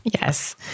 Yes